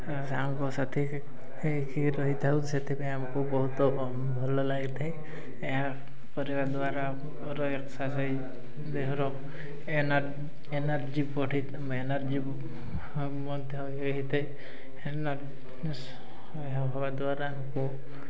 ସାଙ୍ଗସାଥି ହେଇକି ରହିଥାଉ ସେଥିପାଇଁ ଆମକୁ ବହୁତ ଭଲ ଲାଗିଥାଏ ଏହା କରିବା ଦ୍ୱାରା ଏକ୍ସସାଇଜ୍ ଦେହର ଏନର୍ଜି ଏନର୍ଜି ମଧ୍ୟ ହେଇଥାଏ ଏହା ହେବା ଦ୍ୱାରା ଆମକୁ